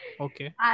okay